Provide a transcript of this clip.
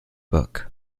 book